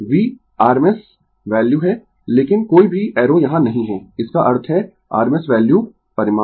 V rms value है लेकिन कोई भी एरो यहाँ नहीं है इसका अर्थ है rms वैल्यू परिमाण